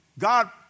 God